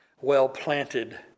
well-planted